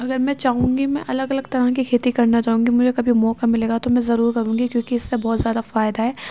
اگر میں چاہوں گی میں الگ الگ طرح طرح کی کھیتی کرنا چاہوں گی مجھے کبھی موقع ملے گا تو میں ضرور کروں گی کیونکہ اس سے بہت زیادہ فائدہ ہے